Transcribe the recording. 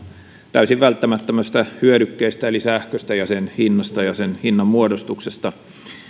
täysin välttämättömästä hyödykkeestä eli sähköstä ja sen hinnasta ja sen hinnan muodostuksesta